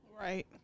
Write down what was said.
Right